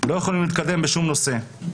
לא יכולים להתקדם בשום נושא.